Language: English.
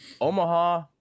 Omaha